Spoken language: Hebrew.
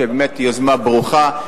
באמת, יוזמה ברוכה.